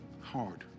hard